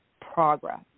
progress